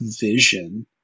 vision